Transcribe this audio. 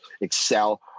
excel